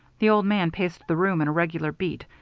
the old man paced the room in a regular beat,